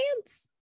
dance